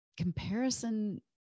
comparison